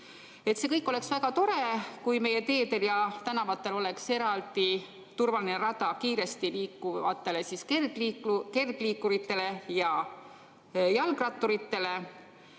Kõik oleks väga tore, kui meie teedel ja tänavatel oleks eraldi turvaline rada kiiresti liikuvatele kergliikuritele ja jalgratturitele,